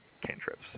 cantrips